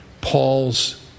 Paul's